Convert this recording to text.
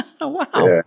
Wow